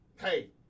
hey